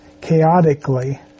chaotically